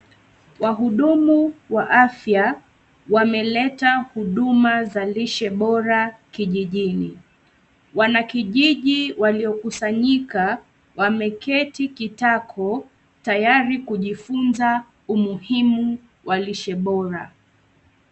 Wahudumu wa afya wameleta huduma za lishe bora kijijini .Wanakijiji waliokusanyika wameketi kitako tayari kujifunza umuhimu wa lishe bora.